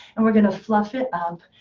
and we're going to fluff it up.